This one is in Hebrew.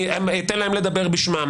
אני אתן להם לדבר בשמם.